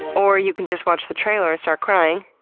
or you can just watch the trailer and start crying.